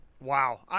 Wow